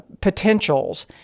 potentials